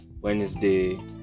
Wednesday